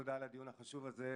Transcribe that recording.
תודה על הדיון החשוב הזה,